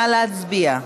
נא להצביע.